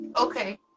okay